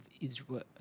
israel